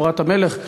"תורת המלך",